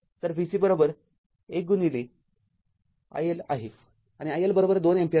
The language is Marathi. तर v C १ i L आहे आणि i L २ अँपिअर आहे